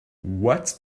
what